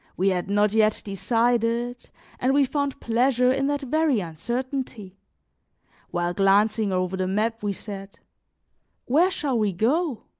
we had not yet decided and we found pleasure in that very uncertainty while glancing over the map, we said where shall we go?